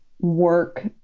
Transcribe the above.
work